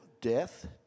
death